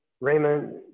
Raymond